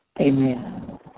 Amen